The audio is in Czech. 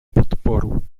podporu